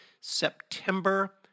September